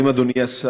אדוני.